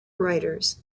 writers